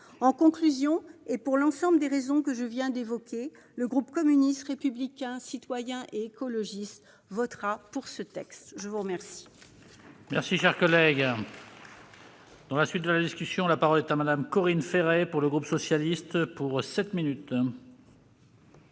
En conclusion, pour l'ensemble des raisons que je viens d'évoquer, le groupe communiste républicain citoyen et écologiste votera en faveur de